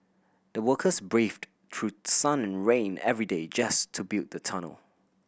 the workers braved through sun and rain every day just to build the tunnel